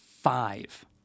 five